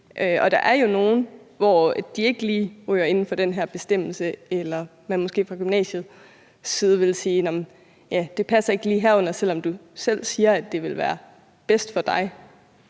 Og der er jo nogle, som ikke lige ryger inden for den her bestemmelse, eller hvor man måske fra gymnasiets side vil sige: Det passer ikke lige herunder, selv om du selv siger, at det ville være bedst for dig.